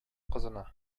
кызына